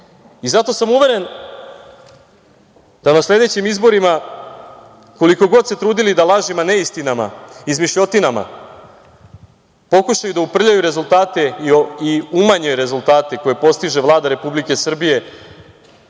sam uveren da na sledećim izborima koliko god se trudili da lažima, neistinama, izmišljotinama pokušaju da uprljaju rezultate i umanje rezultate koje postiže Vlada Republike Srbije